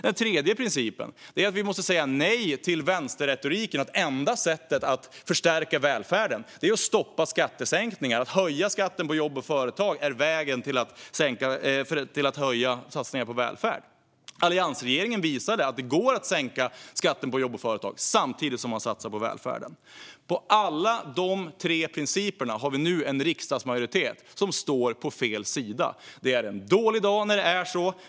Den tredje principen är att vi måste säga nej till vänsterretoriken att det enda sättet att höja satsningarna på välfärden och förstärka den är att stoppa skattesänkningar och höja skatten på jobb och företag. Alliansregeringen visade att det går att sänka skatten på jobb och företag samtidigt som man satsar på välfärden. I fråga om alla de tre principerna har vi nu en riksdagsmajoritet som står på fel sida. Det är en dålig dag när det är så.